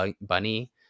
bunny